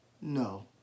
No